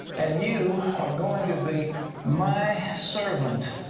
and you are going to be my servant,